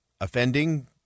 offending